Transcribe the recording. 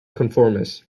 conformists